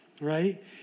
right